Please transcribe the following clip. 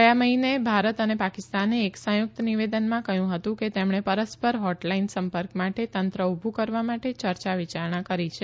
ગયા મહિને ભારત અને પાકિસ્તાને એક સંયુકત નિવેદનમાં કહ્યું હતું કે તેમણે પરસ્પર હોટલાઇન સંપર્ક માટે તંત્ર ઉભુ કરવા માટે ચર્ચા વિચારણા કરી છે